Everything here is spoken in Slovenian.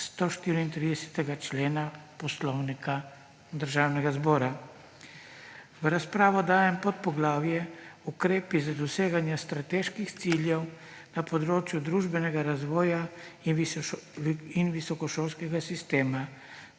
134. člena Poslovnika Državnega zbora. V razpravo dajem podpoglavje Ukrepi za doseganje strateških ciljev na področju družbenega razvoja in visokošolskega sistema